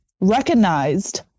Recognized